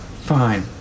Fine